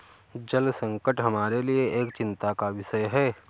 जल संकट हमारे लिए एक चिंता का विषय है